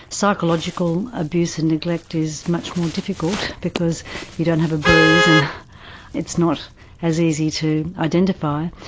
psychological abuse and neglect is much more difficult because you don't have a bruise and it's not as easy to identify.